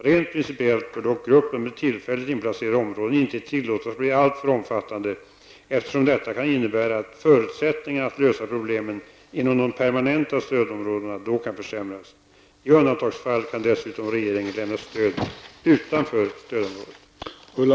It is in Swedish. Rent principiellt bör dock gruppen med tillfälligt inplacerade områden inte tillåtas bli alltför omfattande, eftersom detta kan innebära att förutsättningarna att lösa problemen inom de permanenta stödområdena då kan försämras. I undantagsfall kan dessutom regeringen lämna stöd utanför stödområdet.